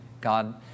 God